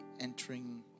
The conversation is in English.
entering